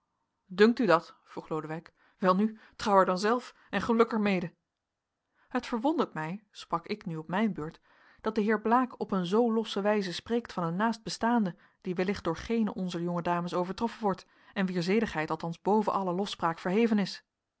dunkt u dat vroeg lodewijk welnu trouw haar dan zelf en geluk er mede het verwondert mij sprak ik nu op mijn beurt dat de heer blaek op een zoo losse wijze spreekt van een naastbestaande die wellicht door geene onzer jonge dames overtroffen wordt en wier zedigheid althans boven alle lofspraak verheven is